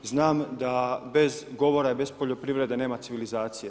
Znam da bez govora i bez poljoprivrede nema civilizacije.